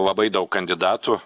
labai daug kandidatų